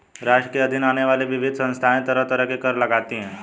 राष्ट्र के अधीन आने वाली विविध संस्थाएँ तरह तरह के कर लगातीं हैं